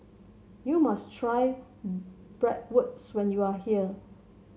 you must try Bratwurst when you are here